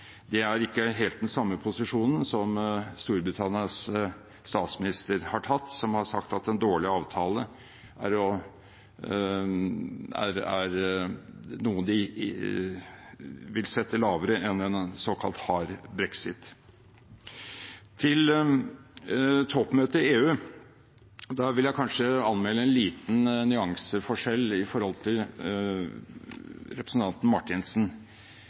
Det er ikke helt den samme posisjonen som Storbritannias statsminister har tatt, som har sagt at en dårlig avtale er noe de vil sette lavere enn en såkalt hard brexit. Når det gjelder toppmøtet i EU, vil jeg anmelde en liten nyanseforskjell i forhold til representanten